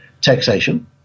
taxation